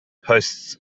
hosts